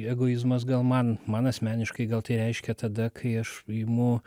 egoizmas gal man man asmeniškai gal tai reiškia tada kai aš imu